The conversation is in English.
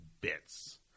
bits